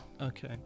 okay